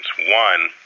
one